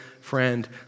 friend